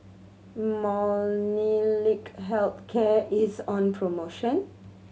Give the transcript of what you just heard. Molnylcke Health Care is on promotion